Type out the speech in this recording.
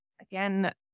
again